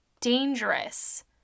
dangerous